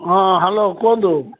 ହଁ ହ୍ୟାଲୋ କୁହନ୍ତୁ